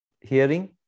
hearing